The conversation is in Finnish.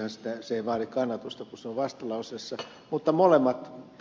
muodollisestihan se ei vaadi kannatusta kun se on vastalauseessa mutta